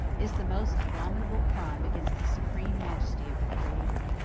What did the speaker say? is the most abominable crime against the supreme majesty of the creator.